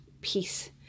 peace